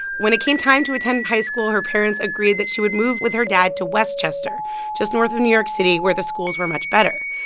when it came time to attend high school, her parents agreed that she would move with her dad to westchester just north of new york city where the schools were much better.